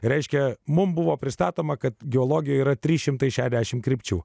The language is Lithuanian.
reiškia mums buvo pristatoma kad geologija yra trys šimtai šešiadešim krypčių